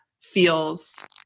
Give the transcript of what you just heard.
feels